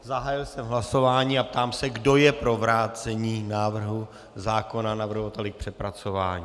Zahájil jsem hlasování a ptám se, kdo je pro vrácení návrhu zákona navrhovateli k přepracování.